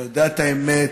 אתה יודע את האמת.